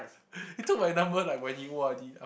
he took my number like when he O_R_D